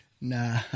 Nah